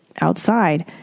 outside